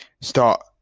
start